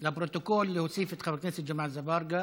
לפרוטוקול, להוסיף את חבר הכנסת ג'מעה אזברגה